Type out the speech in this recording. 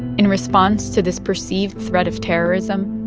in response to this perceived threat of terrorism,